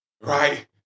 right